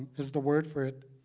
is the word for it,